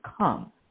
come